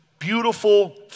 Beautiful